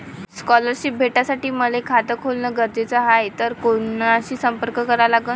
Scholarship भेटासाठी मले खात खोलने गरजेचे हाय तर कुणाशी संपर्क करा लागन?